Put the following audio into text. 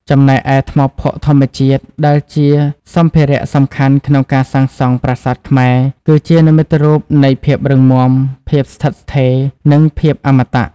ចំណែកឯ ថ្មភក់ធម្មជាតិ ដែលជាសម្ភារៈសំខាន់ក្នុងការសាងសង់ប្រាសាទខ្មែរ គឺជានិមិត្តរូបនៃ ភាពរឹងមាំ ភាពស្ថិតស្ថេរ និងភាពអមតៈ។